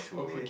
okay